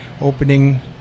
opening